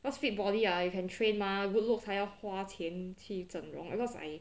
cause fit body ah you can train mah good looks 还要花钱去整容 because I